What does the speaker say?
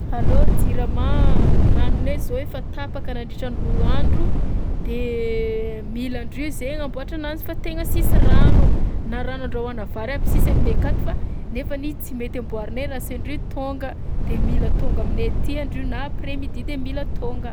Allo jirama? Ranonay zao efa tapaka nandritran'ny roa andro de mila andrio zahay hagnamboatra anazy fa tena sisy rano, na rano andrahoàna vary aby sisy aminay akato fa nefany i tsy mety amboarinay raha tsy andrio tonga! De mila onga aminay aty andrio na après midi de mila tônga.